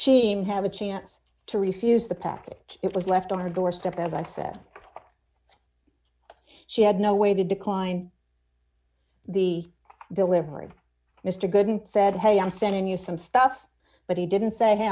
she seemed have a chance to refuse the package it was left on her doorstep as i said she had no way to decline the delivery mr goulden said hey i'm sending you some stuff but he didn't say hey